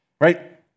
right